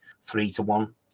three-to-one